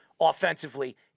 offensively